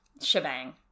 shebang